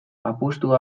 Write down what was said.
apustu